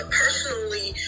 personally